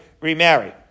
remarry